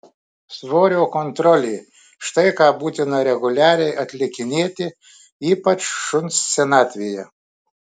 svorio kontrolė štai ką būtina reguliariai atlikinėti ypač šuns senatvėje